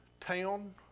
town